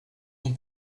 ton